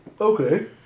Okay